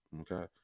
Okay